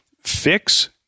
Fix